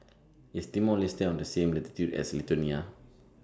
IS Timor Leste on The same latitude as Lithuania